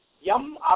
Yam